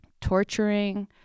torturing